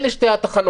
אלה שתי התחנות.